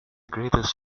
greatest